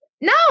No